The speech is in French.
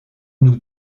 nous